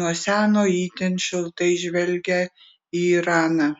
nuo seno itin šiltai žvelgę į iraną